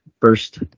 first